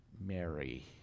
Mary